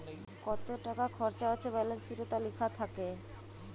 কত টাকা খরচা হচ্যে ব্যালান্স শিটে লেখা থাক্যে